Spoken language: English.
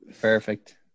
Perfect